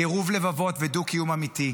קירוב לבבות ודו-קיום אמיתי,